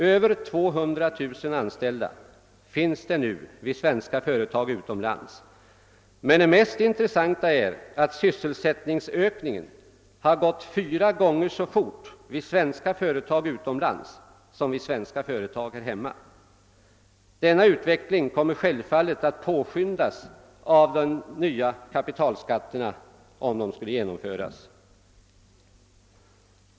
Över 200 000 anställda finns det nu vid svenska företag utomlands, men det mest intressanta är att sysselsättningsökningen har gått fyra gånger så fort vid svenska företag utomlands som vid svenska företag här hemma. Denna utveckling kommer självfallet att påskyndas av de nya kapitalskatterna, om de skulle införas.